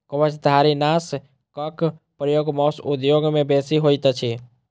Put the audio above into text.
कवचधारीनाशकक प्रयोग मौस उद्योग मे बेसी होइत अछि